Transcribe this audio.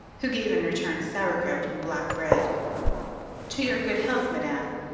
who gave in return sauerkraut and black bread to your good health, madame,